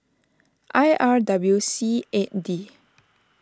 I R W C eight D